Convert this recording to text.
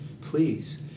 Please